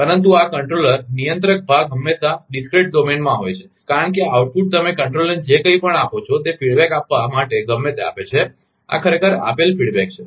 પરંતુ આ નિયંત્રકકંટ્રોલર નિયંત્રક ભાગ હંમેશાં ડિસ્ક્રેટ ડોમેનમાં હોય છે કારણ કે આ આઉટપુટ તમે કંટ્રોલરને જે કંઈ પણ આપો છો તે પ્રતિસાદ આપવા માટે ગમે તે આપે છે આ ખરેખર આપેલ પ્રતિક્રિયા છે